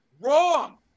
Wrong